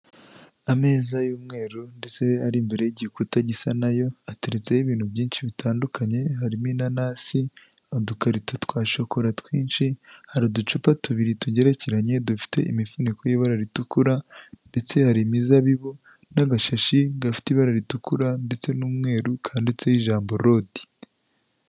Ameza y'umweru ndetse ari imbere y'igikuta gisa nayo ateretseho ibintu byinshi bitandukanye, harimo inanasi, udukarita twa shokora twinshi, hari uducupa tubiri tugerekeranye dufite imifuniko y'ibara ritukura, ndetse hari imizabibu n'agashashi gafite ibara ritukura ndetse n'umweru kanditseho ijambo rodi.